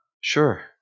Sure